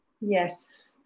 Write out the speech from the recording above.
yes